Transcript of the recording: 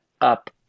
up